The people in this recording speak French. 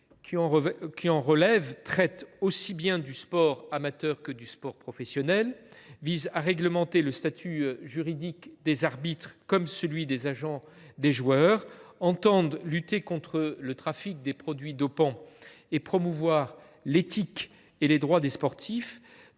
qui en relèvent traitent aussi bien du sport amateur que du sport professionnel, visent à réglementer le statut juridique des arbitres comme celui des agents des joueurs, entendent lutter contre le trafic de produits dopants et promouvoir l’éthique et les droits des sportifs,